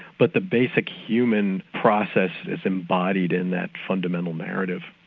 but the basic human process is embodied in that fundamental narrative.